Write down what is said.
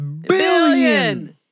Billion